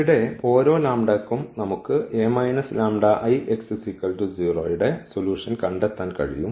ഇവിടെ ഓരോ ലംബഡയ്ക്കും നമുക്ക് ഈ ന്റെ സൊല്യൂഷൻ കണ്ടെത്താൻ കഴിയും